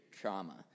trauma